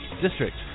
district